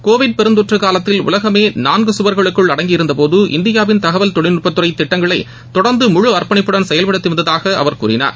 Covid பெருந்தொற்று காலத்தில் உலகமே நான்கு சுவர்களுக்குள் அடங்கி இருந்தபோது இந்தியாவின் தகவல் தொழில்நுட்பத்துறை திட்டங்களை தொடர்ந்து முழு அர்ப்பணிப்புடன் செயல்படுத்தி வந்ததாக அவர் கூறினார்